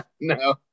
no